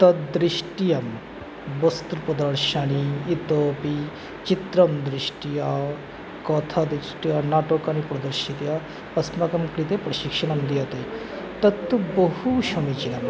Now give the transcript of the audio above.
तद्दृष्ट्वा वस्तु प्रदर्शनी इतोपि चित्रं दृष्ट्या कथा दृष्ट्या नाटकानि प्रदर्शिता अस्माकं कृते प्रशिक्षणं दीयते तत्तु बहुसमीचीनम्